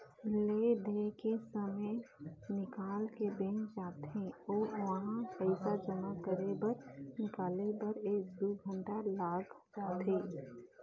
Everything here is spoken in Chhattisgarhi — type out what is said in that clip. ले दे के समे निकाल के बैंक जाथे अउ उहां पइसा जमा करे बर निकाले बर एक दू घंटा लाग जाथे